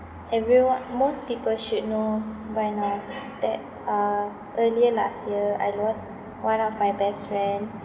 everyo~ most people should know by now that uh earlier last year I lost one of my best friend